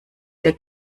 der